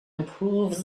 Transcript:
improves